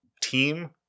team